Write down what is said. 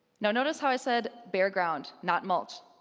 notice how i said bare ground, not mulch.